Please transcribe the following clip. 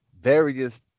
various